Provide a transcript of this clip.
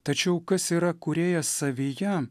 tačiau kas yra kūrėjas savyje